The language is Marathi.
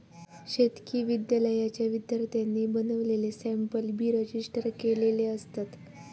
शेतकी विद्यालयाच्या विद्यार्थ्यांनी बनवलेले सॅम्पल बी रजिस्टर केलेले असतत